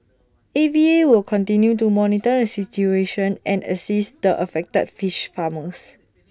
A V A will continue to monitor the situation and assist the affected fish farmers